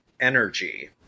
energy